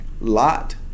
Lot